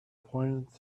pointed